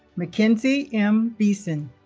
mckenzie m. beeson